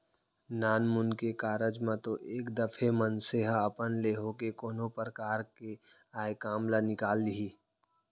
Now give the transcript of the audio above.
नानमुन के कारज म तो एक दफे मनसे ह अपन ले होके कोनो परकार ले आय काम ल निकाल लिही